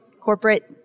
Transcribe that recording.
corporate